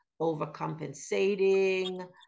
overcompensating